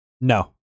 No